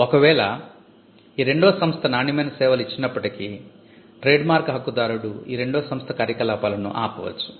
ఒక వేల ఈ రెండో సంస్థ నాణ్యమైన సేవలు ఇచ్చినప్పటికీ ట్రేడ్మార్క్ హక్కు దారుడు ఈ రెండో సంస్థ కార్యకలాపాలను ఆపవచ్చు